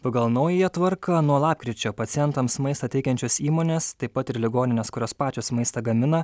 pagal naująją tvarką nuo lapkričio pacientams maistą teikiančios įmonės taip pat ir ligoninės kurios pačios maistą gamina